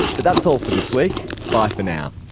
but that's all for this week, bye for now